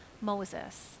Moses